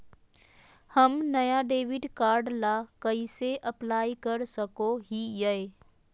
हम नया debit card ला कइसे अप्लाई कर सको हियै?